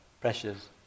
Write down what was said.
pressures